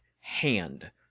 hand